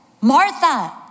Martha